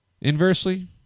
inversely